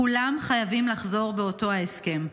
כולם חייבים לחזור באותו ההסכם.